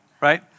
right